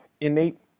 innate